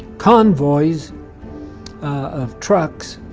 convoys of trucks